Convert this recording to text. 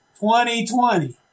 2020